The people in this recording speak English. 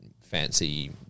fancy